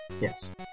Yes